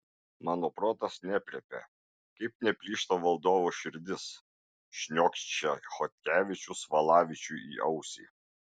mano protas neaprėpia kaip neplyšta valdovo širdis šniokščia chodkevičius valavičiui į ausį